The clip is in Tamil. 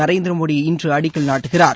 நரேந்திர மோடி இன்று அடிக்கல் நாட்டுகிறார்